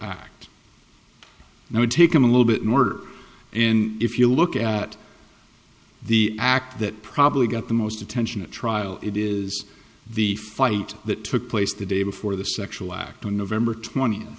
act and i would take them a little bit more and if you look at the act that probably got the most attention at trial it is the fight that took place the day before the sexual act on november twent